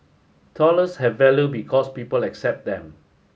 dollars have value because people accept them